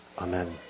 Amen